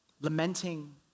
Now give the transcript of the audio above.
Lamenting